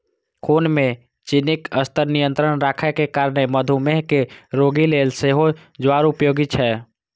खून मे चीनीक स्तर नियंत्रित राखै के कारणें मधुमेह के रोगी लेल सेहो ज्वार उपयोगी छै